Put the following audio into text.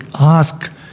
ask